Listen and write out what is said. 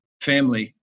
family